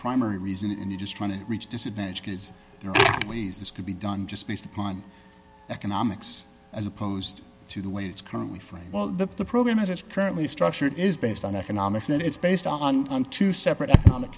primary reason and you're just trying to reach disadvantaged kids and ways this could be done just based upon economics as opposed to the way it's currently frame well that the program as it's currently structured is based on economics and it's based on on two separate economic